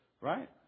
right